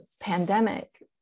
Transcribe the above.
pandemic